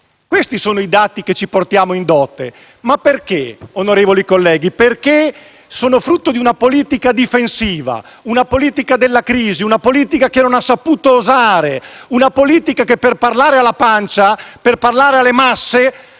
Questi sono i dati che ci portiamo in dote, ma perché, onorevoli colleghi? Perché sono frutto di una politica difensiva, di una politica della crisi che non ha saputo osare, di una politica che per parlare alla pancia e alle masse